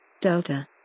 Delta